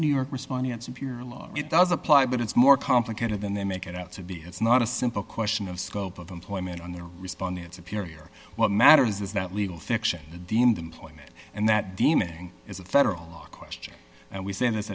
new york response if you're a law it does apply but it's more complicated than they make it out to be it's not a simple question of scope of employment on their responding answer period or what matters is that legal fiction deemed employment and that deeming is a federal law question and we s